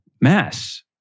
Mass